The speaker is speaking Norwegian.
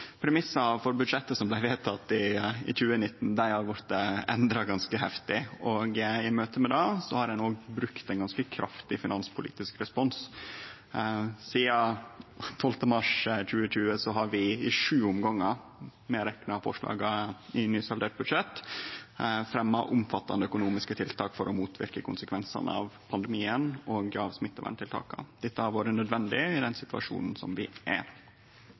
Premissa for budsjettet som blei vedteke i 2019, har blitt endra ganske heftig, og i møte med det har ein brukt ein ganske kraftig finanspolitisk respons. Sidan 12. mars 2020 har vi i sju omgangar, medrekna forslaga i nysaldert budsjett, fremja omfattande økonomiske tiltak for å motverke konsekvensane av pandemien og av smitteverntiltaka. Dette har vore nødvendig i den situasjonen som vi er